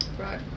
Right